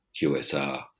QSR